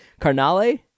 Carnale